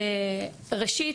ראשית,